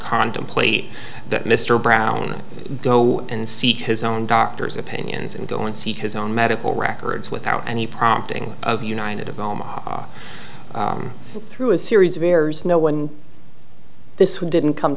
contemplate that mr brown go and seek his own doctors opinions and go and seek his own medical records without any prompting of united moment through a series of errors no one this we didn't come